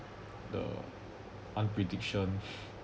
the unprediction